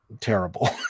terrible